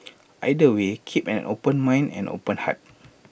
either way keep an open mind and open heart